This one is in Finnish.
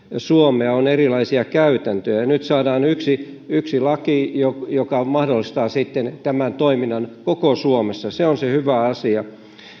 suomea on erilaisia käytäntöjä nyt saadaan yksi yksi laki joka joka mahdollistaa sitten tämän toiminnan koko suomessa se on se hyvä asia